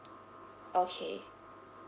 okay